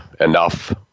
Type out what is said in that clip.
enough